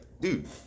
dude